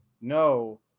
No